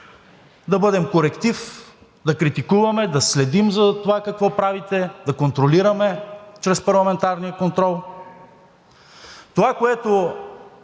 да бъдем коректив, да критикуваме, да следим за това какво правите, да контролираме чрез парламентарния контрол. Това, което